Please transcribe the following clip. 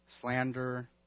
slander